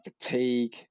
fatigue